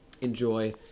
enjoy